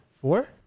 Four